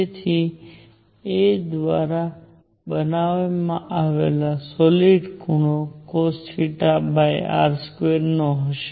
તેથી એ દ્વારા બનાવવામાં આવેલો સોલીડ ખૂણો cosθr2 નો હશે